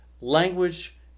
language